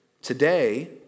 today